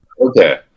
okay